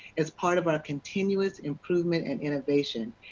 as part of our continuous improvement and innovation.